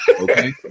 Okay